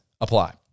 apply